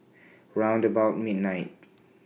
round about midnight